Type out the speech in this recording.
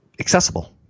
Accessible